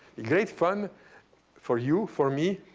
great fun for you for me,